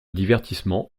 divertissement